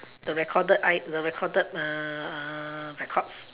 the recorded I the recorded uh records